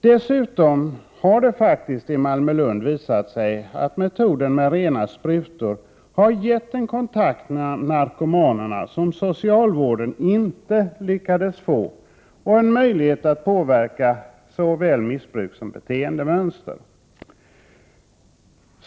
Dessutom har det faktiskt i Malmö—Lund visat sig att metoden med rena sprutor har givit en kontakt med narkomanerna som socialvården inte lyckades få och en möjlighet att påverka såväl missbruk som beteendemönster.